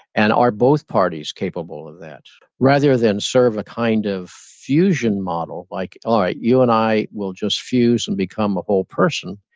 and are both parties capable of that, rather than serve a kind of fusion model like, alright, you and i will just fuse and become a whole person.